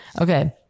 Okay